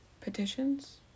petitions